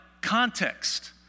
context